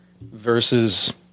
versus